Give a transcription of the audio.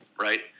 Right